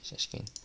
share screen